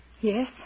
Yes